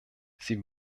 sie